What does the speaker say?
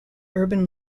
urban